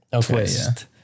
twist